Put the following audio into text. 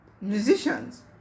Musicians